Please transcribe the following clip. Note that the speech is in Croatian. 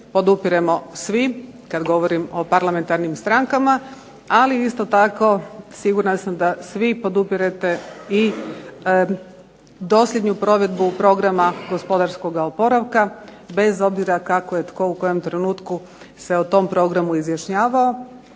podupiremo svi kada govorim o parlamentarnim strankama. Ali isto tako sigurna sam da svi podupirete dosljednu provedbu programa gospodarskog oporavka bez obzira kako je tko u kojem trenutku se o tom programu izjašnjavao,